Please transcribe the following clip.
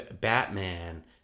Batman